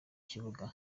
kibuga